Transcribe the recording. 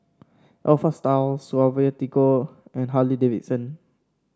Alpha Style Suavecito and Harley Davidson